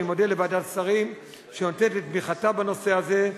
אני מודה לוועדת השרים שנותנת את ברכתה בנושא הזה.